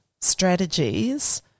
strategies